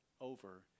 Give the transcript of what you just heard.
over